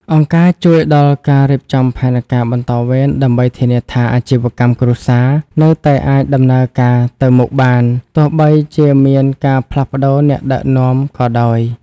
អង្គការជួយដល់ការរៀបចំផែនការបន្តវេន ដើម្បីធានាថាអាជីវកម្មគ្រួសារនៅតែអាចដំណើរការទៅមុខបាន ទោះបីជាមានការផ្លាស់ប្តូរអ្នកដឹកនាំក៏ដោយ។